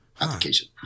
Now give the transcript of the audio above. application